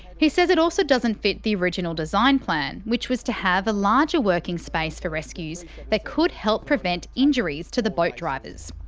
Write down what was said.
he says it also doesn't fit the original design plan which was to have a larger working space for rescues that could help prevent injuries to the boat drivers.